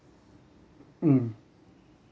mm